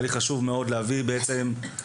היה לי חשוב מאוד להעביר את המשוואה